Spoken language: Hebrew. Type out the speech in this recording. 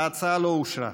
ההצעה לא אושרה.